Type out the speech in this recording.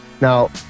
now